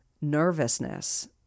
nervousness